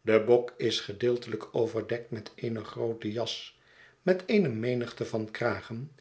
de bok is gedeeltelijk overdekt met eene groote jas met eene menigte van kragen